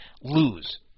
lose